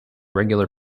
regular